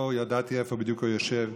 לא ידעתי איפה בדיוק הוא יושב,